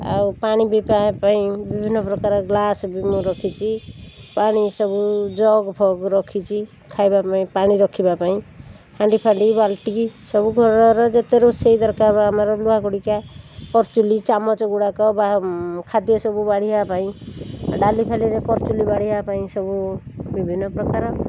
ଆଉ ପାଣି ପିଇବାପାଇଁ ବିଭିନ୍ନପ୍ରକାର ଗ୍ଲାସ୍ ମୁଁ ରଖିଛି ପାଣି ସବୁ ଜଗ୍ଫଗ୍ ରଖିଛି ଖାଇବାପାଇଁ ପାଣି ରଖିବାପାଇଁ ହାଣ୍ଡିଫାଣ୍ଡି ବାଲ୍ଟି ସବୁପ୍ରକାର ଯେତେ ରୋଷେଇ ଦରକାର ଆମର ଲୁହାଖଡ଼ିକା କରଚୁଲି ଚାମଚ ଗୁଡ଼ାକ ବା ଖାଦ୍ୟ ସବୁ ବାଢ଼ିବାପାଇଁ ଡାଲିଫାଲିରେ କରଚୁଲି ବାଢ଼ିବାପାଇଁ ସବୁ ବିଭିନ୍ନପ୍ରକାର